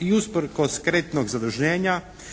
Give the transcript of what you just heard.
i usprkos kreditnog zaduženja